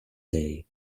day